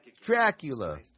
Dracula